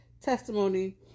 testimony